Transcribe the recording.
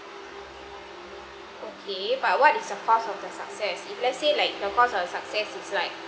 okay but what is the cause of the success if let's say like the cause of success is like